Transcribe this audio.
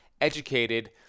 educated